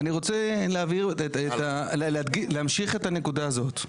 אני רוצה להמשיך את הנקודה הזאת.